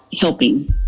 helping